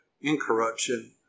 incorruption